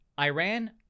Iran-